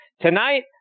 Tonight